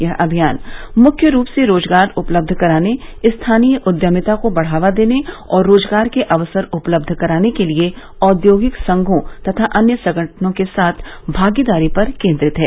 यह अभियान मुख्य रूप से रोजगार उपलब्ध कराने स्थानीय उद्यमिता को बढ़ावा देने और रोजगार के अवसर उपलब्धर कराने के लिए औद्योगिक संघों तथा अन्य संगठनों के साथ भागीदारी पर केन्द्रित है